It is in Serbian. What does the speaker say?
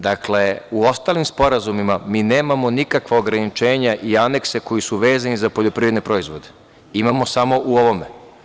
Dakle, u ostalim sporazumima nemamo nikakva ograničenja i anekse koji su vezani za poljoprivredne proizvode, imamo samo u ovome.